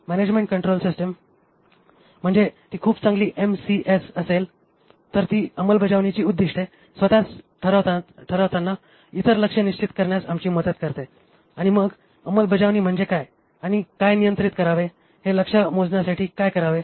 management control system म्हणजे जर ती खूप चांगली MCS असेल तर ती अंमलबजावणीची उद्दीष्टे स्वतः ठरवतानाच इतर लक्ष्ये निश्चित करण्यात आमची मदत करते आणि मग अंमलबजावणी म्हणजे काय आणि काय नियंत्रित करावे हे लक्ष्य मोजण्यासाठी काय करावे